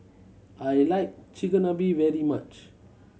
I like Chigenabe very much